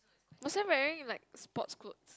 was I wearing like sports clothes